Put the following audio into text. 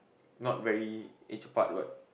not very age apart what